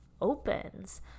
opens